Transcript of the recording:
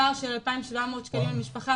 פער של אלפיים שבע מאות שקלים למשפחה.